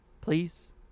Please